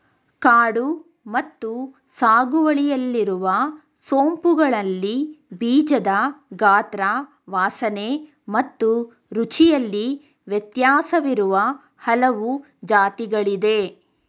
ಕಾಡು ಮತ್ತು ಸಾಗುವಳಿಯಲ್ಲಿರುವ ಸೋಂಪುಗಳಲ್ಲಿ ಬೀಜದ ಗಾತ್ರ ವಾಸನೆ ಮತ್ತು ರುಚಿಯಲ್ಲಿ ವ್ಯತ್ಯಾಸವಿರುವ ಹಲವು ಜಾತಿಗಳಿದೆ